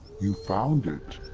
you found it!